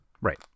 Right